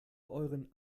euren